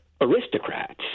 aristocrats